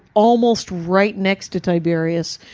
almost right next to tiberius.